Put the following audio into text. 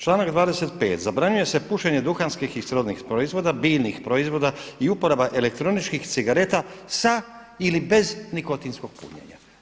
Članak 25. „zabranjuje se pušenje duhanskih i srodnih proizvoda, biljnih proizvoda i uporaba elektroničkih cigareta sa ili bez nikotinskog punjenja“